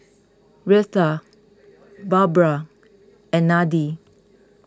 Reatha Barbra and Nadie